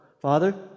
Father